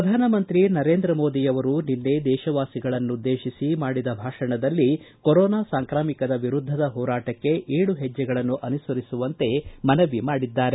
ಪ್ರಧಾನಮಂತ್ರಿ ನರೇಂದ್ರ ಮೋದಿ ಅವರು ನಿನ್ನೆ ದೇಶವಾಸಿಗಳನ್ನುದ್ದೇಶಿಸಿ ಮಾಡಿದ ಭಾಷಣದಲ್ಲಿ ಕೊರೋನಾ ಸಾಂಕ್ರಾಮಿಕದ ವಿರುದ್ದದ ಹೋರಾಟಕ್ಕೆ ಏಳು ಹೆಜ್ಜೆಗಳನ್ನು ಅನುಸರಿಸುವಂತೆ ಮನವಿ ಮಾಡಿದ್ದಾರೆ